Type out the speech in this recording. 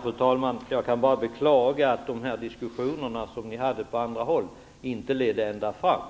Fru talman! Jag kan bara beklaga att de diskussioner som ni förde på andra håll inte ledde ända fram.